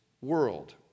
world